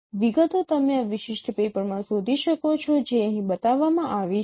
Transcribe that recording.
તેથી વિગતો તમે આ વિશિષ્ટ પેપર માં શોધી શકો છો જે અહીં બતાવવામાં આવી છે